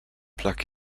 plug